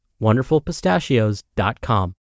wonderfulpistachios.com